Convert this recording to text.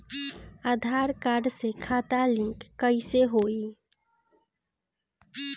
आधार card से खाता link कईसे होई?